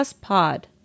Pod